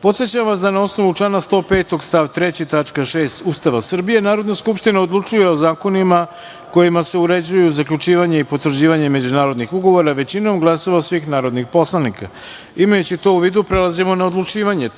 podsećam vas da, na osnovu člana 105. stav 3. tačka 6) Ustava Srbije, Narodna skupština odlučuje o zakonima kojima se uređuju zaključivanje i potvrđivanje međunarodnih ugovora većinom glasova svih narodnih poslanika. Imajući to u vidu, prelazimo na odlučivanje.